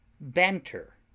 Banter